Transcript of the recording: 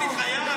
בלי מחיאות כפיים.